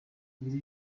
biri